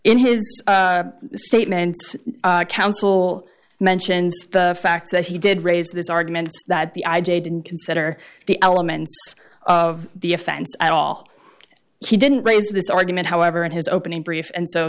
in his statement counsel mentions the fact that he did raise this argument that the i j a didn't consider the elements of the offense at all he didn't raise this argument however in his opening brief and so